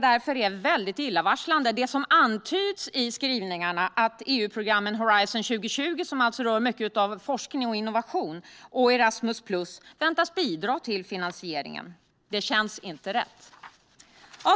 Därför tycker vi att det som antyds i skrivningarna om att Horizon 2020, som rör mycket av forskning och innovation, och Erasmus+ väntas bidra till finansieringen är mycket illavarslande. Det känns inte rätt. Herr talman!